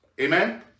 Amen